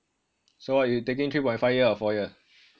so what you taking three point five or four year